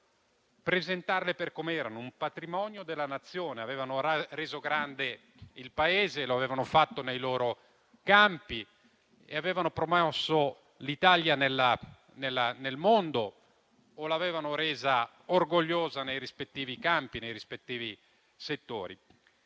presentarle per come erano: un patrimonio della Nazione. Avevano reso grande il Paese, lo avevano fatto nei loro campi, avevano promosso l'Italia nel mondo o l'avevano resa orgogliosa nei rispettivi settori.